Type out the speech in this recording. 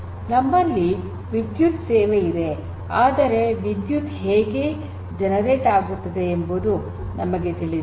ನಮ್ಮಲ್ಲಿ ವಿದ್ಯುತ್ ಸೇವೆ ಇದೆ ಆದರೆ ವಿದ್ಯುತ್ ಹೇಗೆ ಜನರೇಟ್ ಉತ್ಪತ್ತಿ ಆಗುತ್ತದೆ ಎಂಬುದು ನಮಗೆ ತಿಳಿದಿಲ್ಲ